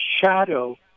shadow